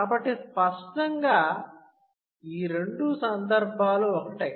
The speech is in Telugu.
కాబట్టి స్పష్టంగా ఈ రెండు సందర్భాలు ఒకటే